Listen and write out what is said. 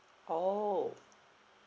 orh